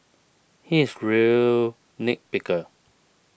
he is real nit picker